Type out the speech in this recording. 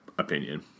opinion